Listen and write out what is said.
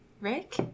Rick